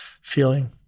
feeling